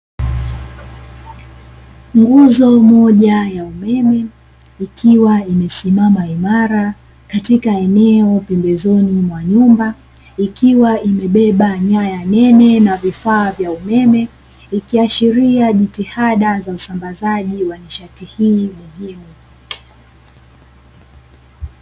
Nguzo moja ya umeme ikiwa imesimama imara katika eneo pembezoni mwa nyumba, ikiwa imebeba nyaya nene na vifaa vya umeme, ikiashiria jitihada za usambazaji wa nishati hii muhimu.